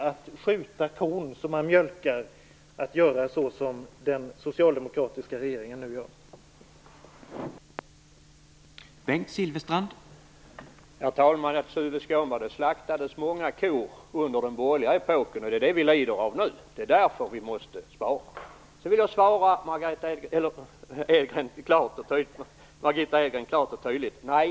Att göra så som den socialdemokratiska regeringen nu gör är att skjuta kon som man mjölkar.